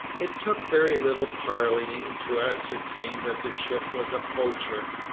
it took very little parleying to ascertain that the ship was a poacher,